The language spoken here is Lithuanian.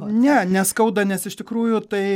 ne neskauda nes iš tikrųjų tai